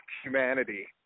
humanity